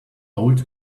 old